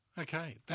Okay